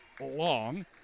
long